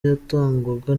yatangwaga